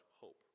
hope